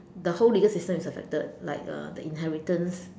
the whole legal system is affected like uh the inheritance